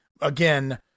again